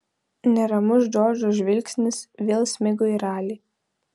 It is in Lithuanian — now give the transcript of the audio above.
neramus džordžo žvilgsnis vėl smigo į ralį